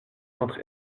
entre